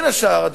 בין השאר,